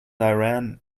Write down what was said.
iran